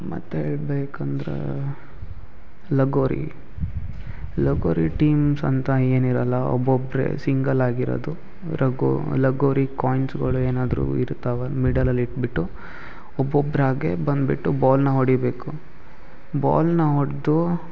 ಮತ್ತು ಹೇಳ್ಬೇಕಂದ್ರೆ ಲಗೋರಿ ಲಗೋರಿ ಟೀಮ್ಸ್ ಅಂತ ಏನಿರಲ್ಲ ಒಬ್ಬೊಬ್ಬರೇ ಸಿಂಗಲ್ ಆಗಿರೋದು ರಗೋ ಲಗೋರಿ ಕಾಯ್ನ್ಸ್ಗಳು ಏನಾದರೂ ಇರ್ತಾವೆ ಮಿಡಲಲ್ಲಿ ಇಟ್ಟುಬಿಟ್ಟು ಒಬ್ಬೊಬ್ಬರಾಗೆ ಬಂದ್ಬಿಟ್ಟು ಬಾಲನ್ನ ಹೊಡಿಯಬೇಕು ಬಾಲನ್ನ ಹೊಡ್ದು